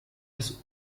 das